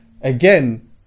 again